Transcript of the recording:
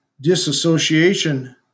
disassociation